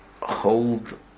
hold